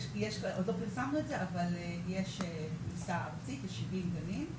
עוד לא פרסמנו את זה אבל יש בפריסה ארצית 70 גנים.